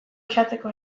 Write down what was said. uxatzeko